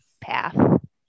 path